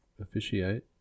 officiate